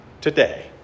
today